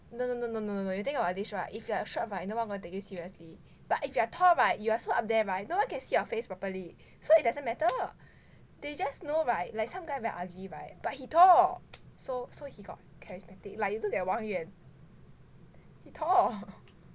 no no no no no you think about this [right] if you are short [right] no one gonna take you seriously but if you are tall [right] you are so up there [right] no one can see your face properly so it doesn't matter they just know [right] like some guy very ugly [right] but he tall so so he got charismatic like you look at wang yuan